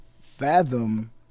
fathom